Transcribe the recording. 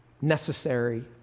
necessary